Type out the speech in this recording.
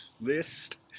list